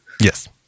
Yes